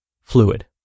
fluid